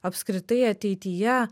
apskritai ateityje